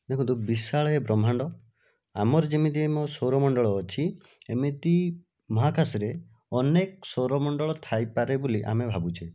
ଦେଖନ୍ତୁ ବିଶାଳ ଏ ବ୍ରହ୍ମାଣ୍ଡ ଆମର ଯେମିତି ଆମ ସୌରମଣ୍ଡଳ ଅଛି ଏମିତି ମହାକାଶରେ ଅନେକ ସୌରମଣ୍ଡଳ ଥାଇପାରେ ବୋଲି ଆମେ ଭାବୁଛେ